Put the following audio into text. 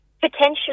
Potentially